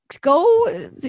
go